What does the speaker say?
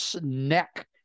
neck